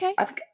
Okay